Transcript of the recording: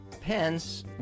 Pence